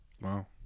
Wow